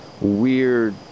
weird